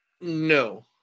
No